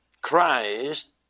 Christ